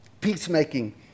peacemaking